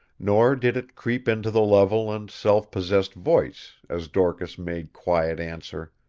nor did it creep into the level and self-possessed voice, as dorcas made quiet answer